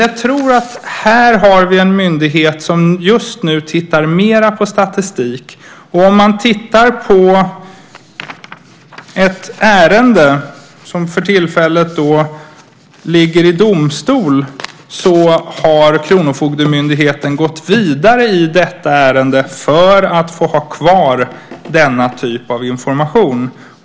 Jag tror att här har vi en myndighet som just nu mera tittar på statistik. I ett ärende som för tillfället ligger i domstol har kronofogdemyndigheten gått vidare för att ha kvar denna typ av information.